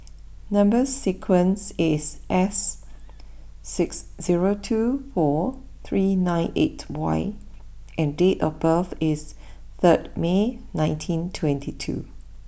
number sequence is S six zero two four three nine eight Y and date of birth is third May nineteen twenty two